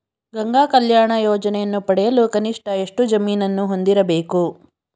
ಗಂಗಾ ಕಲ್ಯಾಣ ಯೋಜನೆಯನ್ನು ಪಡೆಯಲು ಕನಿಷ್ಠ ಎಷ್ಟು ಜಮೀನನ್ನು ಹೊಂದಿರಬೇಕು?